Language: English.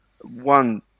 one